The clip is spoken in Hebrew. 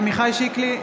עמיחי שיקלי,